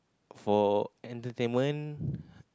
for entertainment